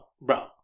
bro